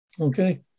Okay